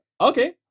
Okay